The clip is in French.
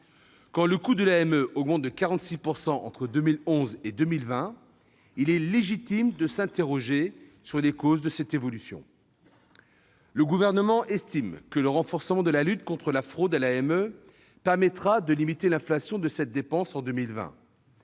Quand le coût de l'AME augmente de 46 % entre 2011 et 2020, il est légitime de s'interroger sur les causes de cette évolution. Le Gouvernement estime que le renforcement de la lutte contre la fraude à l'AME permettra de limiter l'inflation de cette dépense en 2020.